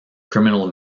criminal